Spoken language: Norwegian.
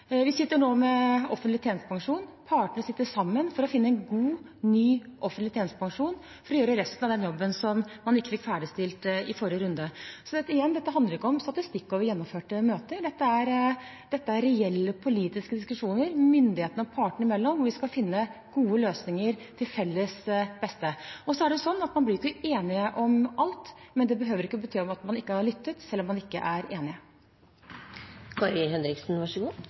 Vi arbeider nå med offentlig tjenestepensjon. Partene sitter sammen for å finne en god, ny offentlig tjenestepensjon, for å gjøre resten av den jobben man ikke fikk ferdigstilt i forrige runde. Så igjen: Dette handler ikke om statistikk over gjennomførte møter. Dette er reelle politiske diskusjoner myndighetene og partene imellom hvor vi skal finne gode løsninger til felles beste. Man blir ikke enige om alt, men det at man ikke er enige, behøver ikke bety at man ikke har lyttet. Jeg ser at på enkelte områder er